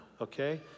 okay